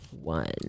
one